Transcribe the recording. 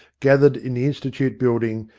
gathered in the institute build ing,